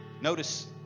Notice